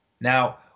Now